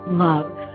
love